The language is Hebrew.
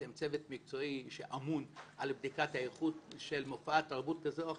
אתם צוות מקצועי שאמון על בדיקת האיכות של מפעל תרבות כזה או אחר.